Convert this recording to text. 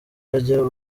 bajya